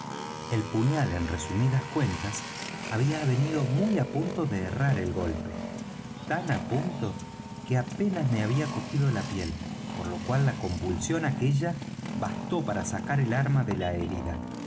el puñal en resumidas cuentas había venido muy á punto de errar el golpe tan á punto que apenas me había cogido la piel por lo cual la convulsión aquella bastó para sacar el arma de la herida